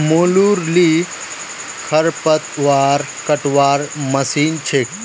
मोलूर ली खरपतवार कटवार मशीन छेक